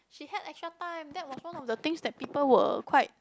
she had extra time that was one of the things that people were quite